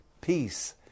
peace